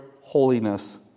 holiness